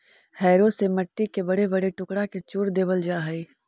harrow से मट्टी के बड़े बड़े टुकड़ा के चूर देवल जा हई